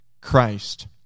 Christ